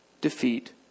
defeat